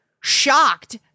shocked